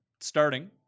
starting